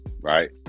right